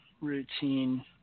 routine